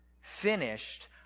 finished